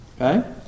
Okay